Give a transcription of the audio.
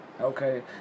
Okay